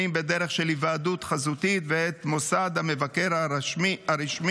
בדרך של היוועדות חזותית ואת מוסד המבקר הרשמי,